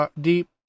deep